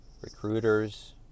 recruiters